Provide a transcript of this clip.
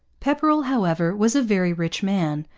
pepperrell, however, was a very rich man,